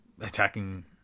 attacking